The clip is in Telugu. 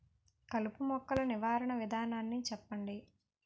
కలుపు మొక్కలు నివారణ విధానాన్ని చెప్పండి?